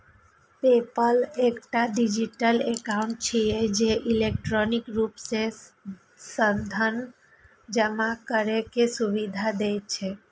PayPal एकटा digital account छियै, जे इलेक्ट्रॉनिक रूप सं धन जमा करै के सुविधा दै छै